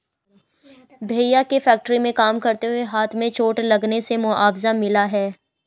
भैया के फैक्ट्री में काम करते हुए हाथ में चोट लगने से मुआवजा मिला हैं